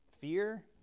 Fear